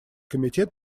комитет